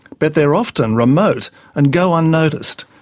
but they're often remote and go unnoticed.